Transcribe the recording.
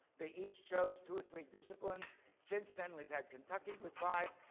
they each chose two or three disciplines. since then, we've had kentucky with five,